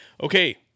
Okay